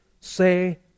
say